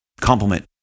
compliment